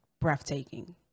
breathtaking